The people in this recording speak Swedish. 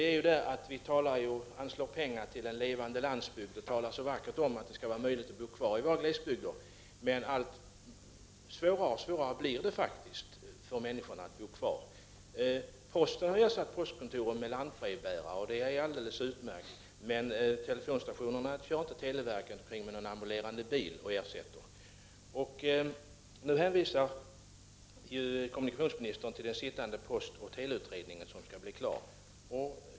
Vi anslår pengar till en levande landsbygd och talar vackert om att det skall vara möjligt att bo kvar i våra glesbygder, men det blir faktiskt allt svårare för människorna att bo kvar där. Posten har ersatt postkontoren med lantbrevbärare, och det är alldeles utmärkt. Televerket kör däremot inte omkring med någon ambulerande bil som ersättning för telefonstationerna. Kommunikationsministern hänvisar i sitt svar till att den sittande postoch teleutredningen snart beräknas bli klar.